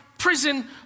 prison